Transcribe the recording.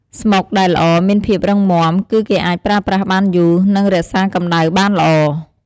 ស្មុកដែលល្អមានភាពរឹងមាំ គឺគេអាចប្រើប្រាស់បានយូរ និងរក្សាកម្ដៅបានល្អ។